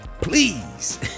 please